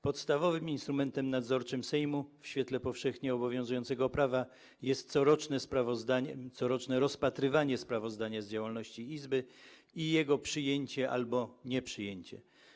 Podstawowym instrumentem nadzorczym Sejmu w świetle powszechnie obowiązującego prawa jest coroczne rozpatrywanie sprawozdania z działalności Izby i jego przyjęcie albo nieprzyjęcie.